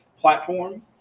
platform